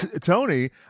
Tony